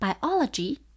biology